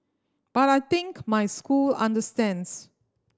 but I think my school understands